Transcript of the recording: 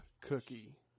cookie